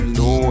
no